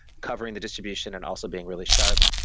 covering the distribution and also being really sharp?